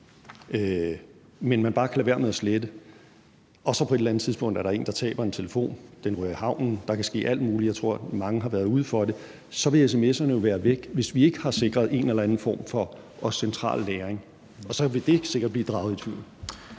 men man bare kan lade være med at slette, og der på et eller andet tidspunkt er en, der taber en telefon, den ryger i havnen, der kan ske alt muligt – jeg tror, mange har været ude for det – så vil sms'erne jo være væk, hvis vi ikke også har sikret en eller anden form for central lagring. Og så vil det sikkert blive draget i tvivl.